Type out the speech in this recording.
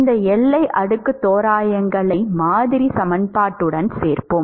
இந்த எல்லை அடுக்கு தோராயங்களை மாதிரி சமன்பாட்டுடன் சேர்ப்போம்